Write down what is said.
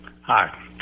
Hi